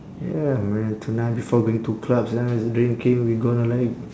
ya man tonight before going to clubs ya drinking we gonna like